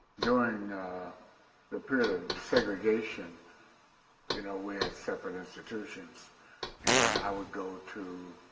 during the period of segregation you know we had separate institutions and i would go to